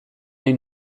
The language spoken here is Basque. nahi